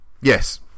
yes